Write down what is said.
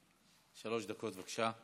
שלוש דקות, בבקשה.